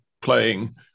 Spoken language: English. playing